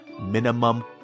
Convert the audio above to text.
minimum